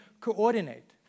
coordinate